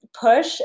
push